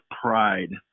pride